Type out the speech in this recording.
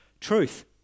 Truth